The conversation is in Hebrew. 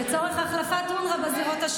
למה הוא צועק על